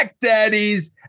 daddies